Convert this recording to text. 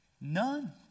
none